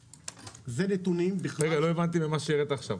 לא הבנתי מה שהראית עכשיו.